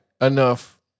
enough